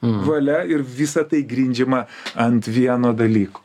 valia ir visa tai grindžiama ant vieno dalyko